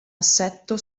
assetto